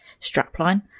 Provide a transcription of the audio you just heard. strapline